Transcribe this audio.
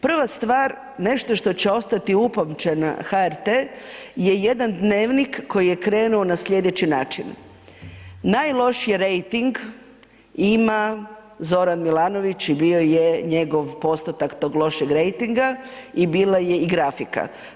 Prva stvar nešto što će ostati upamćena HRT-e je jedan dnevnik koji je krenuo na sljedeći način – najlošiji rejting ima Zoran Milanović i bio je njegov postotak tog lošeg rejtinga i bila je i grafika.